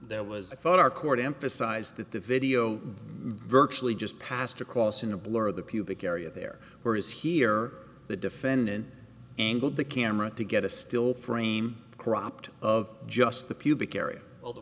there was i thought our court emphasized that the video virtually just passed across in a blur the pubic area there were is here the defendant angled the camera to get a still frame cropped of just the pubic area well the